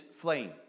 flame